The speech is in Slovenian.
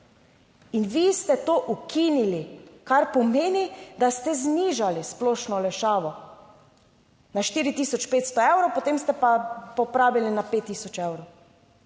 in vi ste to ukinili, kar pomeni, da ste znižali splošno olajšavo. Na 4 tisoč 500 evrov, potem ste pa popravili na 5 tisoč evrov.